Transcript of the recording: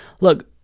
Look